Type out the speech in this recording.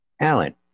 Alan